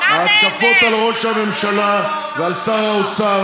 ההתקפות על ראש הממשלה ועל שר האוצר,